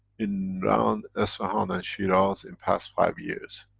in around isfahan and shiraz, in past five years,